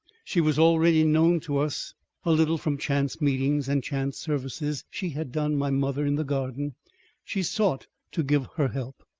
she was already known to us a little from chance meetings and chance services she had done my mother in the garden she sought to give her help.